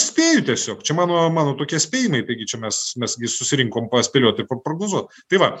spėju tiesiog čia mano mano tokie spėjimai taigi čia mes mes gi susirinkom paspėlioti paprognozuot tai va